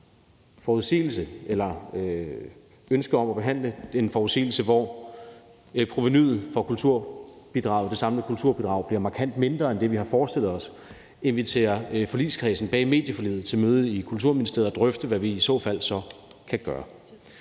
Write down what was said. forudsigelse eller ønske om at behandle en forudsigelse bliver tilfældet og provenuet af det samlede kulturbidrag bliver markant mindre end det, vi har forestillet os, invitere forligskredsen bag medieforliget til møde i Kulturministeriet og drøfte, hvad vi i så fald så kan gøre.